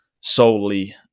solely